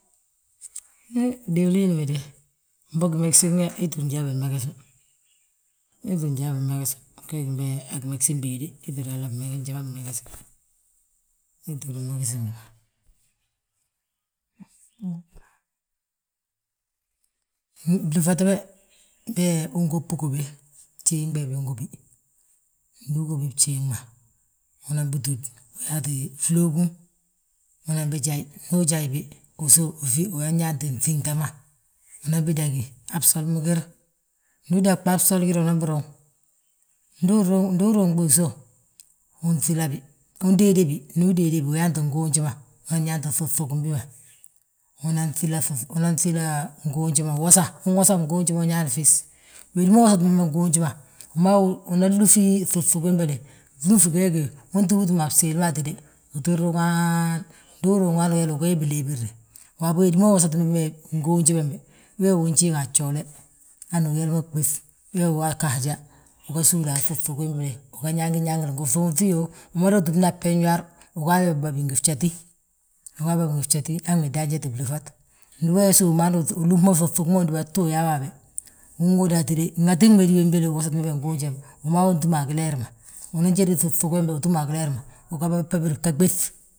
Unŋ diwilin we dé ii ttúur njali ma mmegesiwi, ii ttúur njali ma bimegesbi, we gí gimegesim béede, ii ttúur njali ma bimegesbi Blúfat be, be ungóbi góbe bjéeŋ bee bi ungóbi, ndu ugóbi bjéeŋ ma, unanbi túd byaati flóogun, unan bijayi, ndu ujayi usów unanbi unan yaanti nfínta ma, unanbi dagí han bsoli mo giir. Ndu udagbi han bsoli ma giir unanbi ruŋ, ndu uruŋbi usów un ŧilabi, undéedebi ndu udéebi, uyaanti nguunji ma, uan yaanti ŧuŧugimbi ma, unan nŧila nguunji ma, uwosa unwosa nguunji ma uñaani fis wédi ma uwosani nguunji ma, unan lúfi ŧuŧugi wéle, glúfi ge we gí wi, untúbi túm a bsiili ma hatíde. Uti ruuŋaan, ndu uruŋiwi hani uyaa biléebirre. Waabo, wi ma uwosatibe nguunji bembe weewi, unjiiŋa gjoole, hanu uyali ma ɓéf, wee wi waa gga haja, uga súula a ŧuŧigi wéle, uga ñangir ñangir, ngi ŧuunŧi yoo, umada wi túmna a bbéñuwar. Uga wi batí ngi fjatí, ugawi babí ngi fjatí han wi dan jéti blúfat, ndi wee usów mo, hanu ulúb mo ŧuŧugi ma undúba tu, uyaawi habe. Unŋóodi hatíde ŋatin wédi wembele uwostibe nguunji ma, wi ma wi utúm a gileer ma, unan jédi ŧuŧugi wembe utúm agileer ma ugu baɓari gga ɓéf.